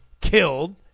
killed